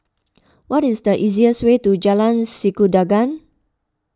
what is the easiest way to Jalan Sikudangan